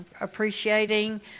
appreciating